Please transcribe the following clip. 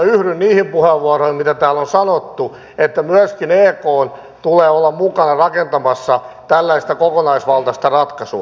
yhdyn niihin puheenvuoroihin mitä täällä on sanottu että myöskin ekn tulee olla mukana rakentamassa tällaista kokonaisvaltaista ratkaisua